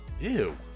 Ew